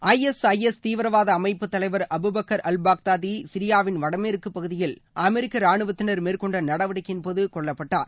I S I S தீவிரவாத அமைப்பு தலைவர் அபு பக்கர் அல் பாக்தாதி சிரியாவின் வடமேற்கு பகுதியில் அமெரிக்க ராணுவத்தினர் மேற்கொண்ட நடவடிக்கையின்போது கொல்லப்பட்டார்